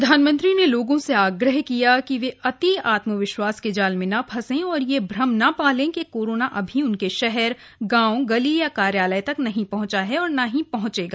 प्रधानमंत्री ने लोगों से आग्रह किया कि वे अति आत्म विश्वास के जाल में न फंसें और यह भ्रम न पालें कि कोरोना अभी उनके शहर गांव गली या कार्यालय तक नहीं पहुंचा है और न ही पहुंचेगा